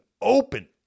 open